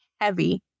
Heavy